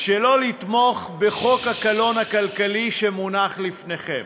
שלא לתמוך בחוק הקלון הכלכלי שמונח לפניכם.